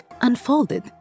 unfolded